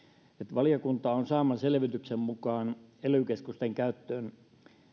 valiokunnan saaman selvityksen mukaan ely keskusten käyttöön